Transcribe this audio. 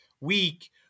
week